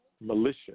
militia